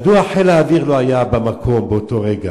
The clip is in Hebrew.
מדוע חיל האוויר לא היה במקום באותו רגע,